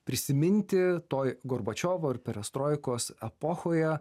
prisiminti toj gorbačiovo perestroikos epochoje